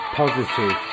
positive